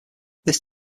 this